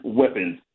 weapons